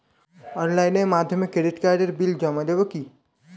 অনলাইনের মাধ্যমে ক্রেডিট কার্ডের বিল জমা দেবো কি?